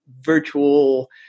virtual